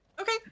Okay